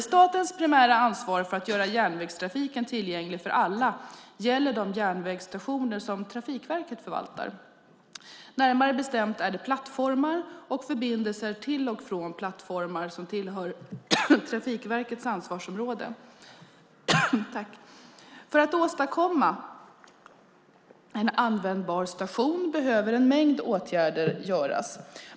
Statens primära ansvar för att göra järnvägstrafiken tillgänglig för alla gäller de järnvägsstationer som Trafikverket förvaltar. Närmare bestämt är det plattformar och förbindelser till och från plattformar som tillhör Trafikverkets ansvarsområde. För att åstadkomma en användbar station behöver en mängd åtgärder vidtas.